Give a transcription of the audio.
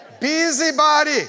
Busybody